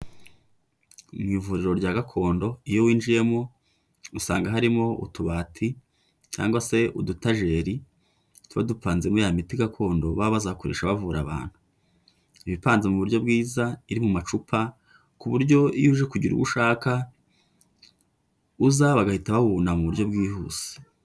Mu ivuriro rya gakondo iyo winjiyemo, usanga harimo utubati cyangwa se udutajeri tuba dupanzemo ya miti gakondo baba bazakoresha bavura abantu, iba ipanze mu buryo bwiza iri mu macupa, ku buryo iyo uje kugira uwo ushaka uza bagahita bawubona mu buryo bwihuse.